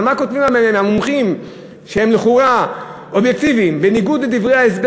אבל מה כותבים המומחים שהם לכאורה אובייקטיבים: בניגוד לדברי ההסבר